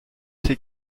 ses